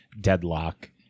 deadlock